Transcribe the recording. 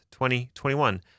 2021